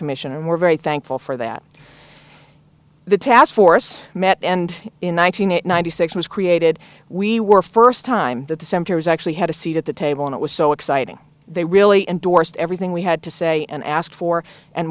commission and we're very thankful for that the task force met and in one thousand nine hundred six was created we were first time that the center's actually had a seat at the table and it was so exciting they really endorsed everything we had to say and ask for and